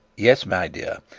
yes, my dear.